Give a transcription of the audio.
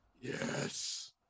Yes